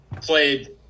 played